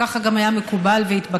ככה גם היה מקובל והתבקש,